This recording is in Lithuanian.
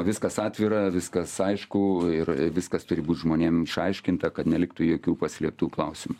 viskas atvira viskas aišku ir viskas turi būt žmonėm išaiškinta kad neliktų jokių paslėptų klausimų